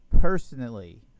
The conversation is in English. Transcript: personally